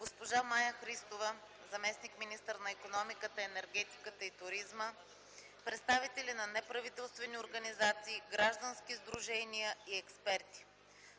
госпожа Мая Христова – заместник-министър на икономиката, енергетиката и туризма, представители на неправителствени организации, граждански сдружения и експерти.